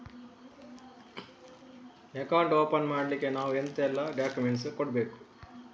Account open ಮಾಡ್ಲಿಕ್ಕೆ ನಾವು ಎಂತೆಲ್ಲ ಡಾಕ್ಯುಮೆಂಟ್ಸ್ ಕೊಡ್ಬೇಕು?